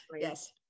yes